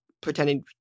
pretending